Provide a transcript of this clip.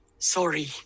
Sorry